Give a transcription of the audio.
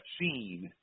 seen